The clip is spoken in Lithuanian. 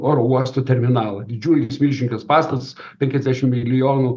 oro uosto terminalą didžiulis milžiniškas pastatas penkiasdešim milijonų